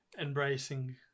embracing